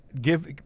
give –